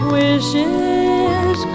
wishes